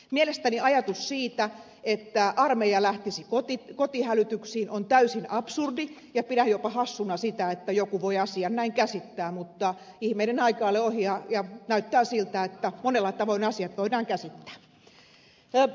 mielestäni ajatus siitä että armeija lähtisi kotihälytyksiin on täysin absurdi ja pidän jopa hassuna sitä että joku voi asian näin käsittää mutta ihmeiden aika ei ole ohi ja näyttää siltä että monella tavoin asiat voidaan käsittää